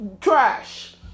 trash